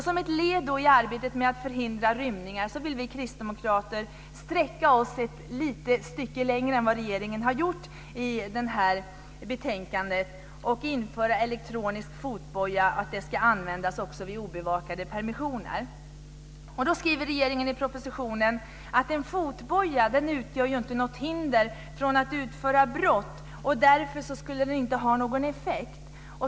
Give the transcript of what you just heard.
Som ett led i arbetet med att förhindra rymningar vill vi kristdemokrater sträcka oss ett litet stycke längre än vad regeringen har gjort i det här betänkandet och införa en regel om att elektronisk fotboja ska användas också vid obevakade permissioner. Regeringen skriver i propositionen att en fotboja inte utgör något hinder mot att utföra brott. Därför skulle den inte ha någon effekt.